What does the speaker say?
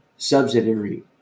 subsidiary